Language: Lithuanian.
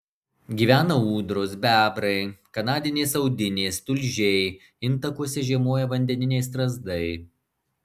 gyvena ūdros bebrai kanadinės audinės tulžiai intakuose žiemoja vandeniniai strazdai